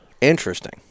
Interesting